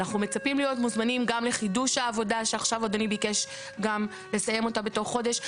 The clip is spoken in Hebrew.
ואנחנו מצפים להיות מוזמנים גם לחידוש העבודה שביקשת לסיים תוך חודש.